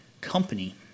company